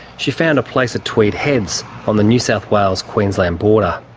she found a place at tweed heads on the new south wales-queensland border.